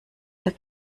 der